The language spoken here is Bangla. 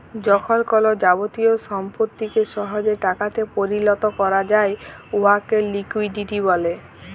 যখল কল যাবতীয় সম্পত্তিকে সহজে টাকাতে পরিলত ক্যরা যায় উয়াকে লিকুইডিটি ব্যলে